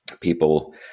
People